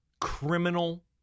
criminal